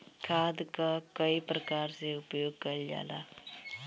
खाद कअ कई प्रकार से उपयोग कइल जाला